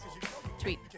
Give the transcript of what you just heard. tweet